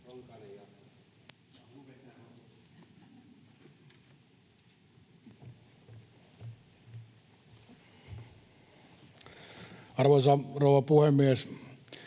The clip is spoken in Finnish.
Arvoisa rouva puhemies!